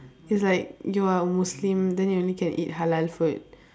it's like you are a muslim then you only can eat halal food